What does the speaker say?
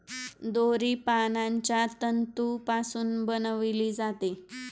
दोरी पानांच्या तंतूपासून बनविली जाते